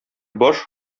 баш